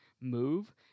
move